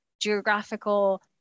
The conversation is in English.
geographical